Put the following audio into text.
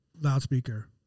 loudspeaker